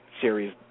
series